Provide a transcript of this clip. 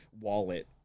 wallet